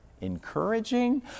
encouraging